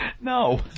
No